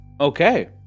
Okay